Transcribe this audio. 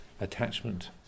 attachment